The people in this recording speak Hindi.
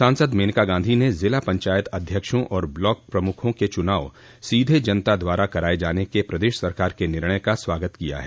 सांसद मेनका गांधी ने जिला पंचायत अध्यक्षों और ब्लॉक प्रमुखों के चूनाव सीधे जनता द्वारा कराये जाने के प्रदश सरकार के निर्णय का स्वागत किया है